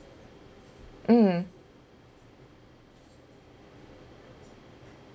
mm